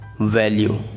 value